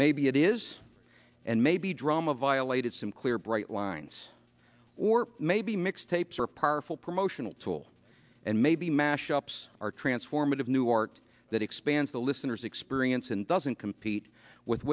maybe it is and maybe drama violated some clear bright lines or maybe mix tapes are powerful promotional tool and maybe mash ups are transformative new art that expands the listener's experience and doesn't compete with